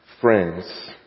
friends